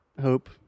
Hope